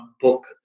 book